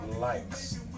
likes